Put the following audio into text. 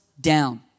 down